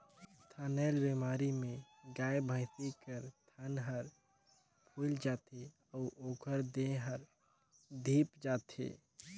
थनैल बेमारी में गाय, भइसी कर थन हर फुइल जाथे अउ ओखर देह हर धिप जाथे